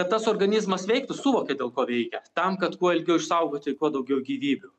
kad tas organizmas veiktų suvokė dėl ko veikė tam kad kuo ilgiau išsaugoti kuo daugiau gyvybių